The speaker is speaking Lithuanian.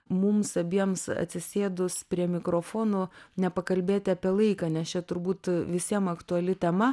mums abiems atsisėdus prie mikrofonų nepakalbėti apie laiką nes čia turbūt visiem aktuali tema